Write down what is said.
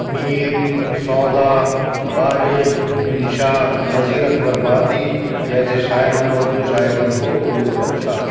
میر سودا غالب انشا نظیر اکبر آبادی جیسے شاعروں نے اردو شاعری کو عروج بخشا